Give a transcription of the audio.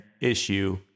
issue